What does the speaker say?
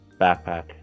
backpack